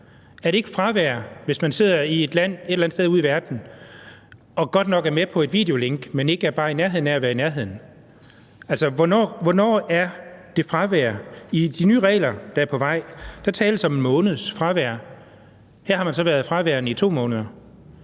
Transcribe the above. Er det ikke fravær, hvis man sidder i et land et eller andet sted ude i verden og godt nok er med på et videolink, men ikke er bare i nærheden af at være i nærheden? Altså, hvornår er det fravær? I de nye regler, der er på vej, tales der om 1 måneds fravær. Her har man så været fraværende i 2 måneder.